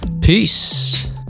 Peace